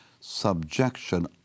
subjection